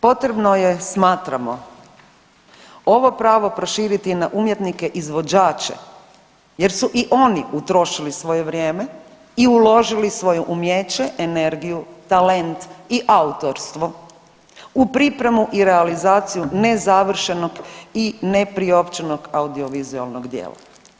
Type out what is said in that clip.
Potrebno je smatramo ovo pravo proširiti na umjetnike izvođače jer su i oni utrošili svoje vrijeme i uložili svoje umijeće, energiju, talent i autorstvo u pripremu i realizaciju nezavršenog i nepriopćenog audiovizualnog djela.